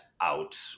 out